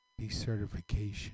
decertification